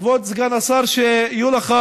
כבוד סגן השר, שיהיו לך